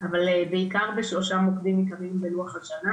אבל בעיקר בשלושה מוקדים עיקריים בלוח השנה